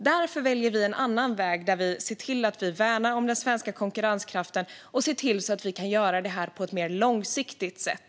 Därför väljer vi en annan väg där vi ser till att vi värnar om den svenska konkurrenskraften och ser till att vi kan göra det på ett mycket mer långsiktigt sätt.